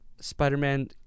Spider-Man